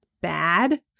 bad